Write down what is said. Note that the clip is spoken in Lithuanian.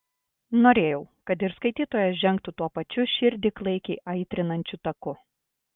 norėjau kad ir skaitytojas žengtų tuo pačiu širdį klaikiai aitrinančiu taku